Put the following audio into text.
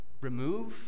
remove